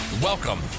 Welcome